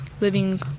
living